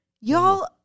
Y'all